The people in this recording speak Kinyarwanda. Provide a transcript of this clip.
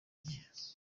gihe